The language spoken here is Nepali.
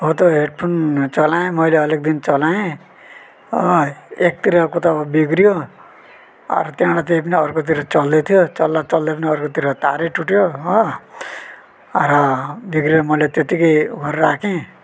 हो त्यो हेडफोन चलाए मैले अलिक दिन चलाए एकतिरको त बिग्रियो त्यहाँबाट त्यही पनि अर्कोतिर चल्दै थियो चल्दा चल्दै पनि अर्कोतिर तारै टुट्यो हो बिग्रियो मैले त्यतिकै घर राखेँ